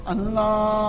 Allah